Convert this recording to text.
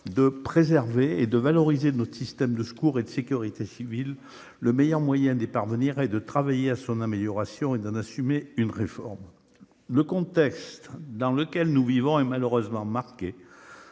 de préserver et de valoriser notre système de secours et de sécurité civile. Le meilleur moyen d'y parvenir est de travailler à son amélioration et d'en assumer une réforme. Le contexte dans lequel nous vivons est malheureusement marqué